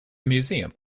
museum